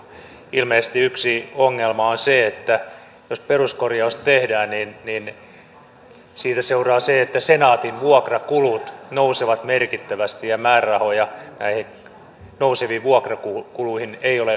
ilmeisesti yksi ongelma on se että jos peruskorjaus tehdään niin siitä seuraa se että senaatin vuokrakulut nousevat merkittävästi ja määrärahoja näihin nouseviin vuokrakuluihin ei ole olemassa